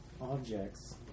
objects